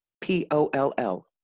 P-O-L-L